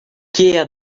ker